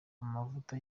amavuta